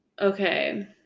Okay